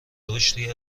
رشدی